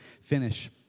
finish